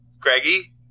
Greggy